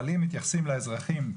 אבל אם מתייחסים לאזרחים,